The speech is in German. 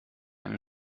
eine